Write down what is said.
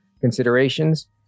considerations